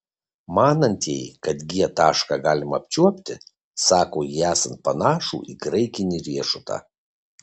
manantieji kad g tašką galima apčiuopti sako jį esant panašų į graikinį riešutą